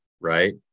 right